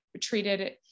treated